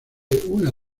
una